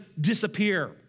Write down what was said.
disappear